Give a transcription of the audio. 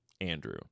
Andrew